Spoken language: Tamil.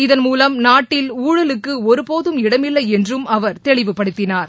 இதன்மூலம் நாட்டில் ஊழலுக்கு ஒருபோதும் இடமில்லை என்றும் அவர் தெளிவுப்படுத்தினார்